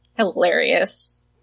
Hilarious